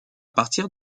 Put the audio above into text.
partir